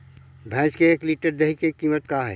भैंस के एक लीटर दही के कीमत का है?